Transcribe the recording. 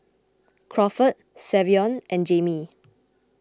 Crawford Savion and Jamie